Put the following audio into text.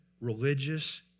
religious